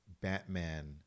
Batman